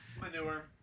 Manure